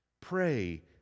Pray